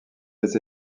des